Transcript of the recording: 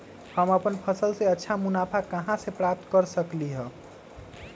हम अपन फसल से अच्छा मुनाफा कहाँ से प्राप्त कर सकलियै ह?